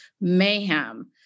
mayhem